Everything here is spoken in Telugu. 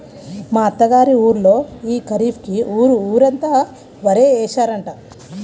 మా అత్త గారి ఊళ్ళో యీ ఖరీఫ్ కి ఊరు ఊరంతా వరే యేశారంట